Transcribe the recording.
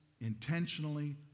intentionally